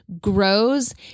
grows